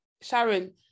Sharon